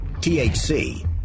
THC